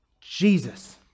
Jesus